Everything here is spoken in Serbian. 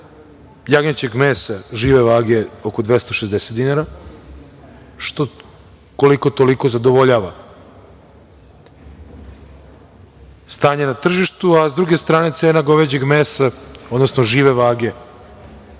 jagnjećeg mesa žive vage je oko 260 dinara, što koliko toliko zadovoljava stanje na tržištu, a s druge strane cena goveđeg mesa, odnosno žive vage